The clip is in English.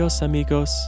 Amigos